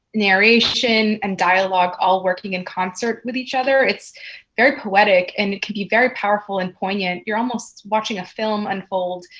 narration, and dialogue all working in concert with each other. it's very poetic, and it can be very powerful and poignant. you are almost watching a film unfold,